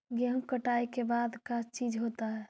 गेहूं कटाई के बाद का चीज होता है?